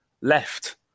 left